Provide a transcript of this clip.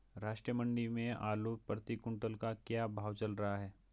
राष्ट्रीय मंडी में आलू प्रति कुन्तल का क्या भाव चल रहा है?